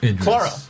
Clara